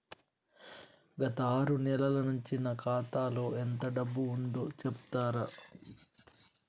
గత ఆరు నెలల నుంచి నా ఖాతా లో ఎంత డబ్బు ఉందో చెప్తరా?